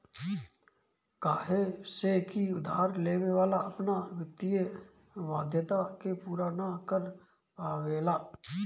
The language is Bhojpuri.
काहे से की उधार लेवे वाला अपना वित्तीय वाध्यता के पूरा ना कर पावेला